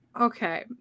Okay